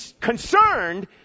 concerned